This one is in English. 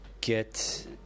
get